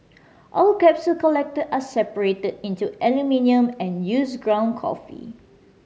all capsules collected are separated into aluminium and used ground coffee